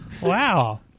Wow